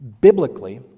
Biblically